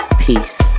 Peace